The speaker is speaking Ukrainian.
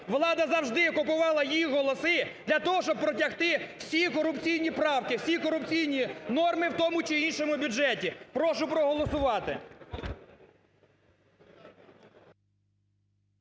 Влада завжди купувала її голоси для того, щоб протягти всі корупційні правки, всі корупційні норми в тому чи іншому бюджеті. Прошу проголосувати.